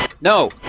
No